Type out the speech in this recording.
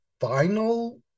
final